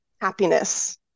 happiness